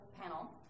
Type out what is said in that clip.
panel